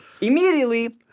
Immediately